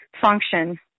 function